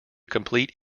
complete